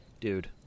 dude